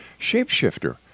Shapeshifter